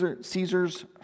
Caesar's